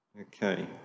Okay